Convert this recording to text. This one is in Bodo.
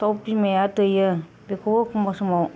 दाउ बिमाया दैयो बिखौबो एखमब्ला समाव